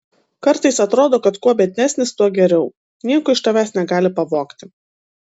kartais atrodo kad kuo biednesnis tuo geriau nieko iš tavęs negali pavogti